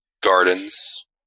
gardens